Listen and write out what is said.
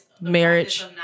Marriage